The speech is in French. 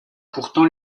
pourtant